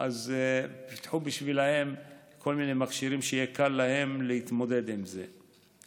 פיתחו בעבורם כל מיני מכשירים שיהיה קל להם להתמודד עם זה,